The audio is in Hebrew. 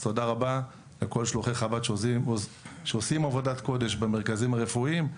אז תודה רבה לכל שלוחי חב"ד שעושים עבודת קודש במרכזים הרפואיים.